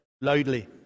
loudly